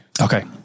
Okay